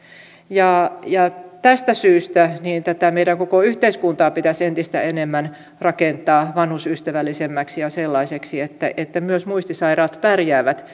tästä syystä tätä meidän koko yhteiskuntaa pitäisi entistä enemmän rakentaa vanhusystävällisemmäksi ja sellaiseksi että myös muistisairaat pärjäävät